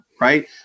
right